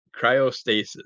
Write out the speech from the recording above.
cryostasis